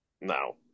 No